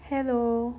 hello